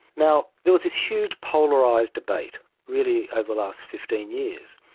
now there was this huge polarised debate really over the last fifteen years,